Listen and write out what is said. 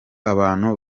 abantu